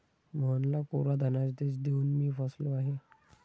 मोहनला कोरा धनादेश देऊन मी फसलो आहे